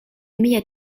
mia